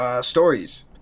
stories